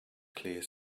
clear